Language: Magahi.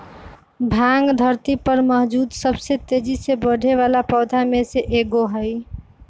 भांग धरती पर मौजूद सबसे तेजी से बढ़ेवाला पौधा में से एगो हई